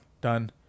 Done